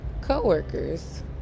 co-workers